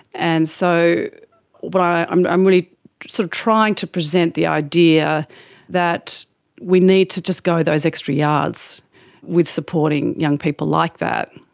and so but i'm i'm really so trying to present the idea that we need to just go those extra yards with supporting young people like that,